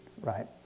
right